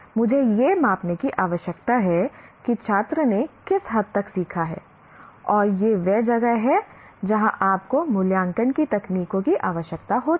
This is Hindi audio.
मुझे यह मापने की आवश्यकता है कि छात्र ने किस हद तक सीखा है और यह वह जगह है जहाँ आपको मूल्यांकन की तकनीकों की आवश्यकता होती है